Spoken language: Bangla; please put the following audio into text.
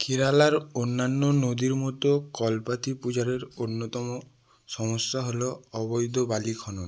কেরালার অন্যান্য নদীর মতো কলপাথিপুজারের অন্যতম সমস্যা হলো অবৈধ বালি খনন